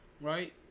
right